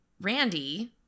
Randy